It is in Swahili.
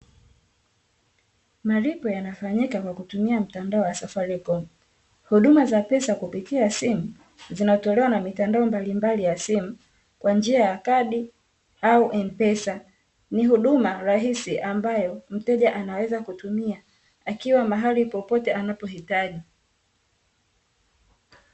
Malipo yanafanyika kwa kutumia mtandao wa safaricom, huduma za pesa kupitia simu zinatolewa na mitandao mbalimbali ya simu, kwa njia ya kadi au mpesa, ni huduma rahisi ambayo mteja anaweza kutumia akiwa mahali popote anapohitaji.